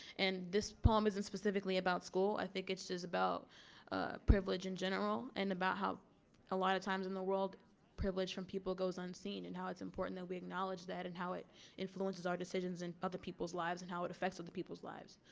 and this poem isn't specifically about school i think it's just about privilege in general and about how a lot of times in the world privilege from people goes unseen and how it's important that we acknowledge that and how it influences our decisions and other people's lives and how it affects other people's lives.